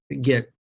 get